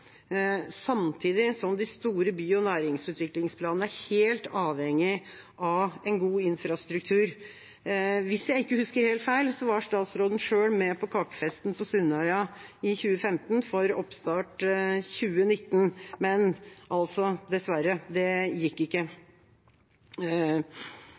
samtidig som de store by- og næringsutviklingsplanene er helt avhengig av en god infrastruktur. Hvis jeg ikke husker helt feil, var statsråden selv med på kakefesten på Sundøya i 2015 for oppstart 2019, men dessverre – det gikk ikke.